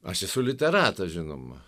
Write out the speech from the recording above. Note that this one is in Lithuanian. aš esu literatas žinoma